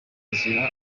inzira